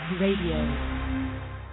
Radio